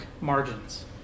margins